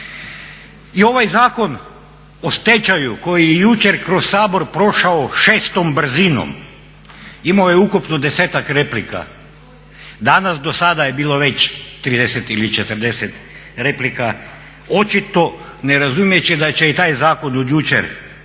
I ovaj Zakon o stečaju koji je jučer kroz Sabor prošao šestom brzinom imao je ukupno desetak replika. Danas do sada je bilo već 30 ili 40 replika, očito ne razumeći da će i taj zakon od jučer stvoriti